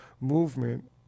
Movement